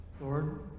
Lord